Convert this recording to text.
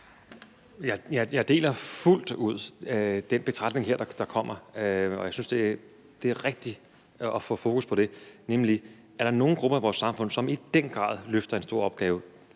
Jeg deler fuldt ud den betragtning, der kommer her, og jeg synes, det er rigtigt at få fokus på det. Er der nogen grupper i vores samfund, som i den grad løfter en stor opgave,